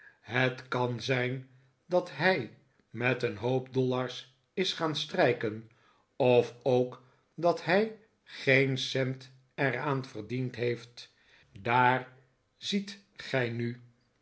het kan zijn dat hij met een hoop dollars is gaan strijken of ook dat hij geen cent er aan verdiend heeft daar ziet gij nu